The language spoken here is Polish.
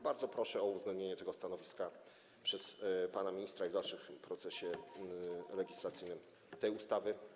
Bardzo proszę o uwzględnienie tego stanowiska przez pana ministra w dalszym procesie legislacyjnym dotyczącym tej ustawy.